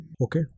Okay